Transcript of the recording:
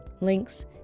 Links